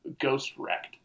ghost-wrecked